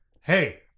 Hey